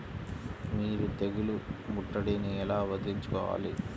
మీరు తెగులు ముట్టడిని ఎలా వదిలించుకోవాలి?